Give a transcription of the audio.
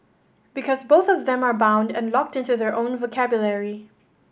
because both of them are bound and locked into their own vocabulary